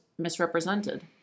misrepresented